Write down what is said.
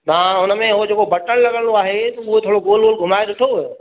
न हुनमें बटण लॻंदो आहे त उहो थोरो गोल गोल घुमाइ ॾिठो हुयव